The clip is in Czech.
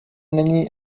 není